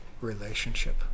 relationship